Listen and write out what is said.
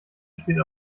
besteht